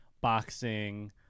boxing